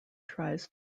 tries